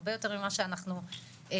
הרבה יותר ממה שאנחנו יודעים.